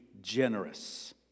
generous